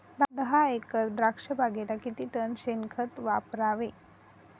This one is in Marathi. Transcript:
दहा एकर द्राक्षबागेला किती टन शेणखत वापरावे?